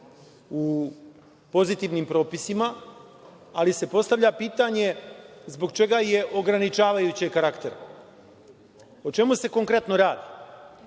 u pozitivnim propisima, ali se postavlja pitanje zbog čega je ograničavajućeg karaktera.O čemu se konkretno radi?